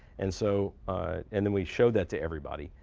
and so and then we showed that to everybody.